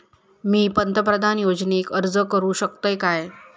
मी पंतप्रधान योजनेक अर्ज करू शकतय काय?